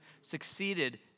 succeeded